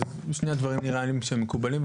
אלה שני דברים, נראה לי, מקובלים.